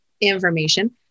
information